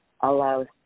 allows